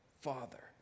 Father